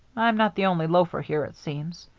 i'm not the only loafer here, it seems,